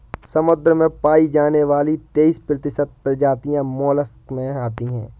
समुद्र में पाई जाने वाली तेइस प्रतिशत प्रजातियां मोलस्क में आती है